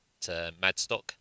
madstock